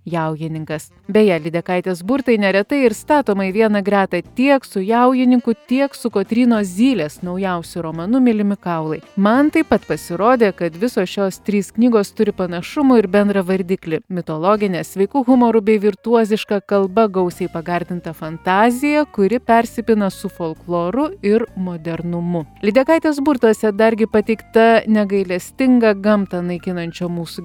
jaujininkas beje lydekaitės burtai neretai ir statoma į vieną gretą tiek su jaujininku tiek su kotrynos zylės naujausiu romanu mylimi kaulai man taip pat pasirodė kad visos šios trys knygos turi panašumų ir bendrą vardiklį mitologinė sveiku humoru bei virtuoziška kalba gausiai pagardinta fantazija kuri persipina su folkloru ir modernumu lydekaitės burtuose dargi pateikta negailestinga gamtą naikinančio mūsų